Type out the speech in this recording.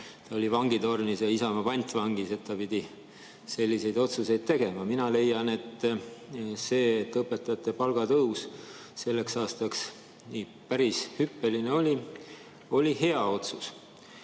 ta oli vangitornis ja Isamaa pantvangis, et ta pidi selliseid otsuseid tegema. Mina leian, et see, et õpetajate palga tõus sellel aastal päris hüppeline oli, oli hea